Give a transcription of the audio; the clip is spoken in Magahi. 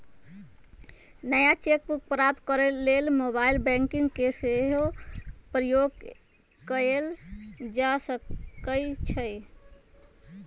नया चेक बुक प्राप्त करेके लेल मोबाइल बैंकिंग के सेहो प्रयोग कएल जा सकइ छइ